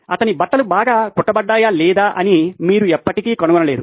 అతని బట్టలు బాగా కుట్ట పడ్డాయా లేదా అని మీరు ఎప్పటికీ కనుగొనలేరు